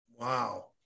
Wow